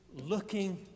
looking